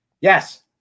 Yes